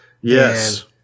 Yes